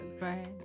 Right